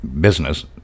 business